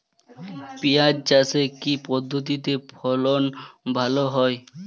পিঁয়াজ চাষে কি পদ্ধতিতে ফলন ভালো হয়?